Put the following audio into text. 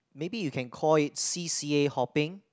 maybe you can call it C_C_A hopping